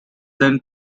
then